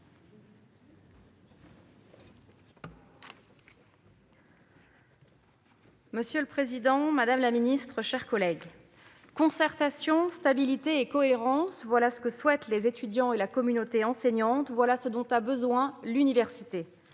Monsieur le président, madame la ministre, mes chers collègues, concertation, stabilité et cohérence : voilà ce que souhaitent les étudiants et la communauté enseignante ; voilà ce dont a besoin l'université